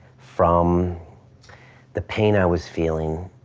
from the pain i was feeling,